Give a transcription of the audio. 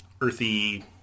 earthy